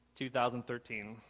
2013